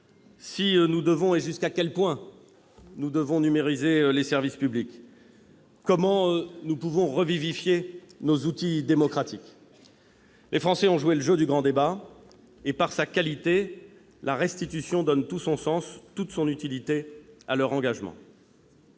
l'incitation ? Jusqu'à quel point devons-nous numériser les services publics ? Comment pouvons-nous revivifier nos outils démocratiques ? Les Français ont joué le jeu du grand débat et, par sa qualité, la restitution donne tout son sens, toute son utilité, à leur engagement.